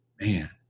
man